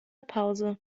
pause